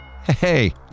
Hey